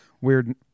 weird